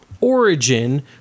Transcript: origin